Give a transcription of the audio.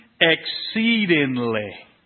exceedingly